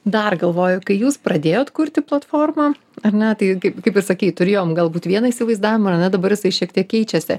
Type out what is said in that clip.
dar galvoju kai jūs pradėjot kurti platformą ar ne tai kaip kaip ir sakei turėjom galbūt vieną įsivaizdavimą ar ne dabar jisai šiek tiek keičiasi